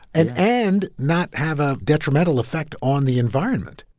and and not have a detrimental effect on the environment.